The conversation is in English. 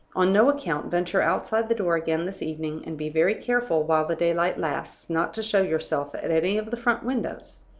on no account venture outside the door again this evening, and be very careful, while the daylight lasts, not to show yourself at any of the front windows.